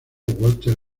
walker